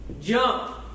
jump